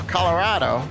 Colorado